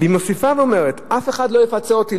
והיא מוסיפה ואומרת: אף אחד לא יפצה אותי,